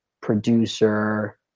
producer